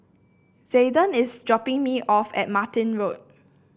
Zaiden is dropping me off at Martin Road